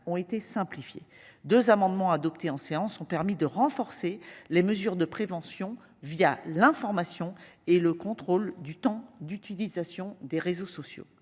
ont été simplifiées 2 amendements adoptés en séance ont permis de renforcer les mesures de prévention via l'information et le contrôle du temps d'utilisation des réseaux sociaux,